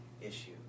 issue